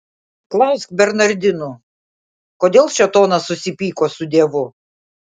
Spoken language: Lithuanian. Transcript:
klausk bernardinų kodėl šėtonas susipyko su dievu